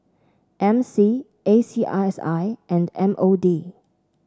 M C A C I S I and M O D